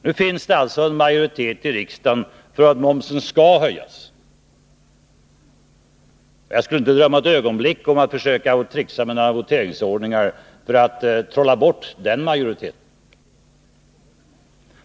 Nu finns det alltså en majoritet i riksdagen för att momsen skall höjas, och jag skulle inte ett ögonblick drömma om att tricksa med några voteringsordningar för att trolla bort den majoriteten.